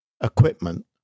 equipment